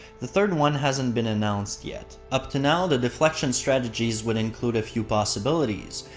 the third one hasn't been announced yet. up to now, the deflection strategies would include a few possibilities.